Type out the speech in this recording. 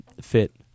fit